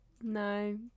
No